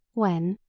when,